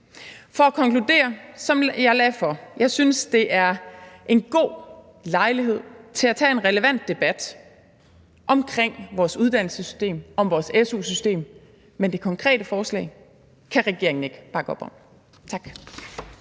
For at konkludere, som jeg lagde for: Jeg synes, det er en god lejlighed til at tage en relevant debat om vores uddannelsessystem, om vores su-system, men det konkrete forslag kan regeringen ikke bakke op om. Tak.